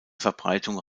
verbreitung